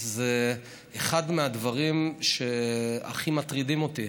זה אחד הדברים שהכי מטרידים אותי,